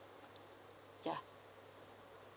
ya